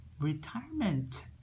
retirement